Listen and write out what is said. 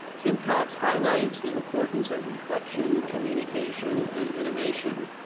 timtalks highlights the importance of reflection, communication and innovation.